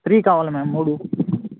three కావాలి ma'am మూడు